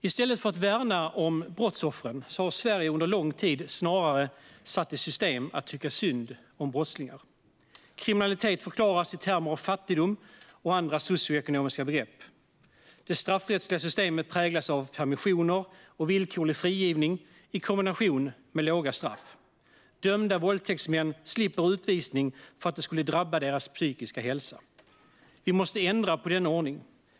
I stället för att värna om brottsoffren har Sverige under lång tid snarare satt i system att tycka synd om brottslingar. Kriminalitet förklaras i termer av fattigdom och andra socioekonomiska begrepp. Det straffrättsliga systemet präglas av permissioner och villkorlig frigivning i kombination med låga straff. Dömda våldtäktsmän slipper utvisning för att det skulle drabba deras psykiska hälsa. Vi måste ändra på denna ordning.